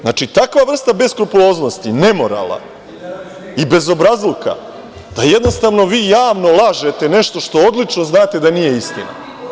Znači, takva vrsta beskrupuloznosti, nemorala i bezobrazluka da jednostavno vi javno lažete nešto što odlično znate da nije istina.